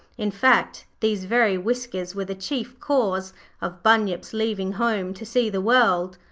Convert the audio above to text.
in fact, these very whiskers were the chief cause of bunyip's leaving home to see the world,